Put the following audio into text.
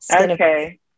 okay